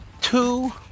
two